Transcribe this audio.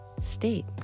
state